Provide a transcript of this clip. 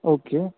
okay